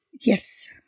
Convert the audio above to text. yes